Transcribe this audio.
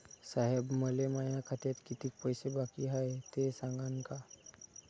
साहेब, मले माया खात्यात कितीक पैसे बाकी हाय, ते सांगान का?